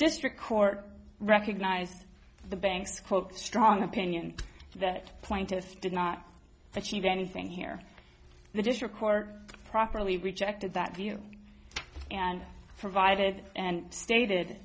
district court recognized the bank's quote strong opinion that plaintiffs did not achieve anything here the district court properly rejected that view and provided and stated